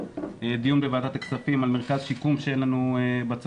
יש לי דיון בוועדת הכספים על מרכז שיקום שאין לנו בצפון,